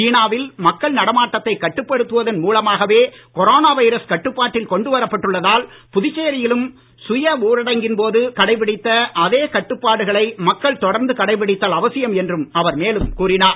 சீனாவில் மக்கள் நடமாட்டத்தை கட்டுப்படுத்துவதன் மூலமாகவே கொரோனா வைரஸ் கட்டுப்பாட்டில் கொண்டு வரப்பட்டுள்ளதால் புதுச்சேரியிலும் சுய ஊரடங்கின் போது கடைபிடித்த அதே கட்டுப்பாடுகளை மக்கள் தொடர்ந்து கடைபிடித்தல் அவசியம் என்று அவர் மேலும் கூறினார்